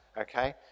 okay